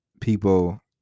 people